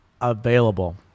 available